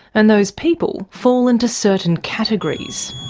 and those people fall into certain categories.